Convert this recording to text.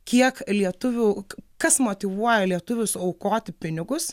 kiek lietuvių kas motyvuoja lietuvius aukoti pinigus